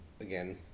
again